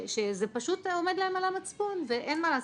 זה פשוט עומד להם על המצפון ואין מה לעשות,